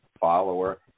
follower